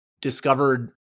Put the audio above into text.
discovered